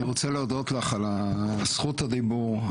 אני רוצה להודות לך על הזכות הדיבור,